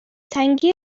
تنگی